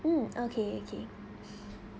mm okay okay